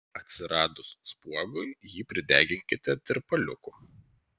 atsiradus spuogui jį prideginkite tirpaliuku